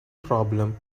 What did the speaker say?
problem